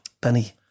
Benny